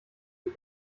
sie